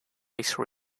ice